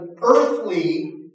earthly